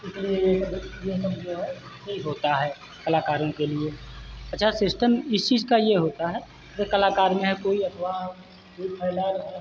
इसलिए कलाकारों के लिए अच्छा सिस्टम इस चीज़ का यह होता है कलाकार में हैं कोई अथवा